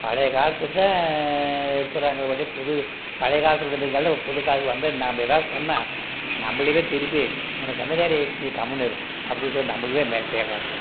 பழைய காலத்தில்தான் இருக்கிறாங்களே ஒழிய புது பழைய காலத்தில் இருந்துவங்கள்லாம் இப்போ புது காலத்துக்கு வந்து நாம் ஏதாவது சொன்னால் நம்மளைய திருப்பி உனக்கு என்ன தெரியும் நீ கம்முன்னு இரு அப்படினு சொல்லி நம்மளைய மிரட்டிட்றாங்கோ